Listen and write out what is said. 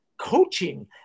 coaching